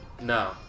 No